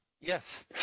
yes